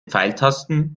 pfeiltasten